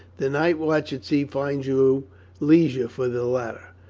the night-watch at sea finds you leisure for the latter.